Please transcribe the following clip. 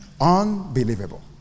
Unbelievable